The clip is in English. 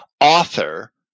author